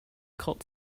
cult